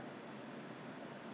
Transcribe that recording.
他是 fried 的 meh Four Fingers